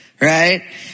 right